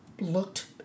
looked